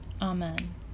Amen